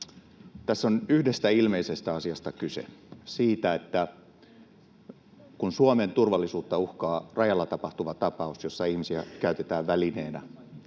Tässä on yhdestä ilmeisestä asiasta kyse: siitä, että kun Suomen turvallisuutta uhkaa rajalla tapahtuva tapaus, jossa ihmisiä käytetään välineenä,